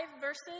verses